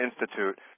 institute